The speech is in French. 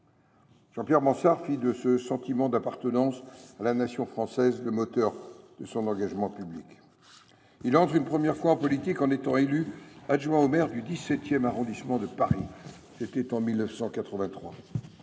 Jean Pierre Bansard fit de ce puissant sentiment d’appartenance à la Nation française le moteur de son engagement public. Il entre une première fois en politique en étant élu adjoint au maire du XVII arrondissement de Paris en 1983.